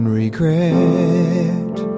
regret